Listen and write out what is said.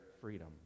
freedom